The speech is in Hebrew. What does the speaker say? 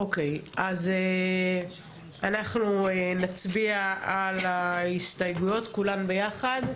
אוקיי, אז אנחנו נצביע על ההסתייגויות כולן ביחד?